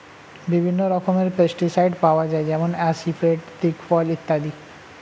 বিভিন্ন রকমের পেস্টিসাইড পাওয়া যায় যেমন আসিফেট, দিকফল ইত্যাদি